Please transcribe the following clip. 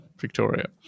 Victoria